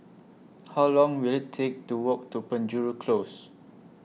How Long Will IT Take to Walk to Penjuru Close